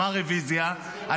אמר רוויזיה,